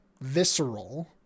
visceral